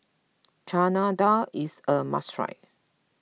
Chana Dal is a must try